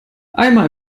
einmal